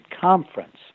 conference